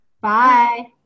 Bye